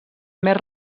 més